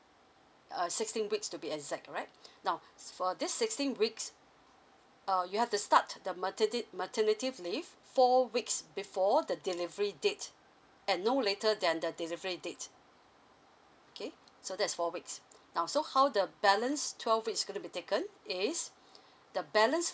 err sixteen weeks to be exact right now s~ for this sixteen weeks uh you have to start the maternity maternity leave four weeks before the delivery date and no later than the delivery date okay so that's four weeks now so how the balance twelve weeks going to be taken is the balance